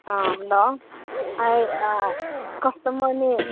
hello ꯑꯩ ꯀꯁꯇꯃꯔꯅꯦ